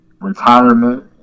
retirement